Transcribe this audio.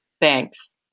Thanks